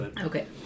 Okay